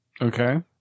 okay